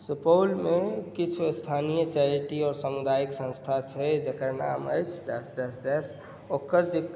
सुपौल मे किछु स्थानीय चैरिटी आओर समुदायिक संस्था छै जेकर नाम अछि डैश डैश डैश ओकर जे